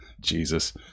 Jesus